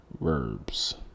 verbs